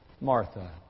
Martha